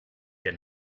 der